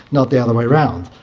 not the other way around.